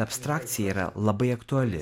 abstrakcija yra labai aktuali